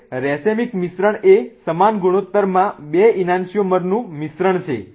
હવે રેસીમિક મિશ્રણ એ સમાન ગુણોત્તરમાં બે ઈનાન્સિઓમરનું મિશ્રણ છે